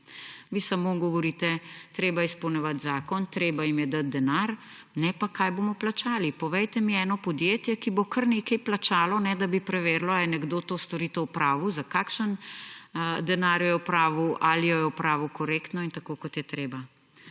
Vi samo govorite, treba je izpolnjevati zakon, treba jim je dati denar, ne pa, kaj bomo plačali. Povejte mi eno podjetje, ki bo kar nekaj plačalo, ne da bi preverilo, a je nekdo to storitev opravil, za kakšen denar jo je opravil, ali jo je opravil korektno in tako, kot je treba.